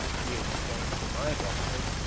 he explained for my benefit,